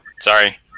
Sorry